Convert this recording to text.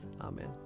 Amen